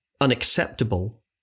unacceptable